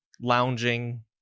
lounging